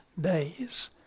days